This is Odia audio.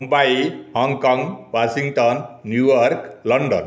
Mumbai Hong Kong Washington New York London